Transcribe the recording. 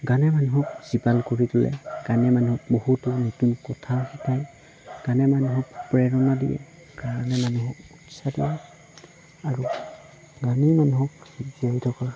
গানে মানুহক জীপাল কৰি তোলে গানে মানুহক বহুতো নতুন কথা শিকাই গানে মানুহক প্ৰেৰণা দিয়ে গানে মানুহক উৎসাহ দিয়ে আৰু গানে মানুহক জীয়াই থকাৰ